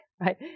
right